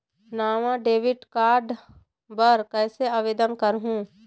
नावा debit card बर कैसे आवेदन करहूं?